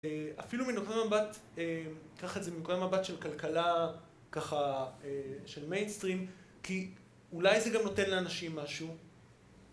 אפילו מנקודת מבט אה.. ניקח את זה מנקודת מבט של כלכלה, ככה של מיינסטרים, כי אולי זה גם נותן לאנשים משהו.